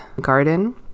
garden